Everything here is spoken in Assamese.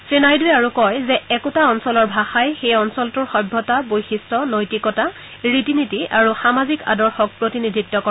শ্ৰী নাইডুৱে আৰু কয় যে একোটা অঞ্চলৰ ভাষাই সেই অঞ্চলটোৰ সভ্যতা বৈশিষ্ট্য নৈতিকতা ৰীতি নীতি আৰু সামাজিক আদৰ্শক প্ৰতিনিধিত্ব কৰে